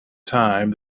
time